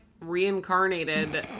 reincarnated